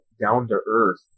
down-to-earth